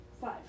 Five